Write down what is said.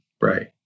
Right